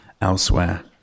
elsewhere